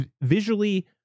visually